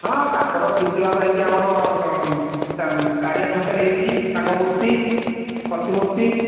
ହଁ ତାଙ୍କର ସ୍ଥିତି ଭଲ ହୋଇଛି ଆମର ତଳିଆ ଛକରେ ହୋଇଛି ତାଙ୍କ ମୂର୍ତ୍ତି ପ୍ରତିମୂର୍ତ୍ତି